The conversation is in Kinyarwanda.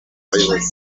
bayobozi